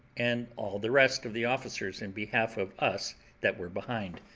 and all the rest of the officers, in behalf of us that were behind,